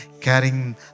carrying